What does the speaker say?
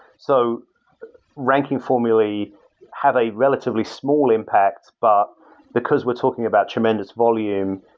so ranking formerly have a relatively small impact, but because we're talking about tremendous volume,